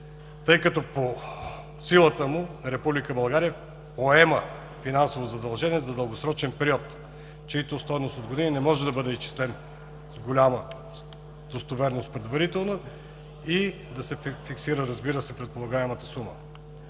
тъй като по силата му Република България поема финансово задължение за дългосрочен период, чиято стойност по години не може да се изчисли с голяма достоверност предварително и да се фиксира, разбира се, предполагаемата сума.